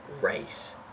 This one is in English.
race